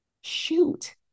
shoot